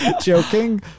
joking